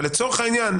אבל לצורך העניין,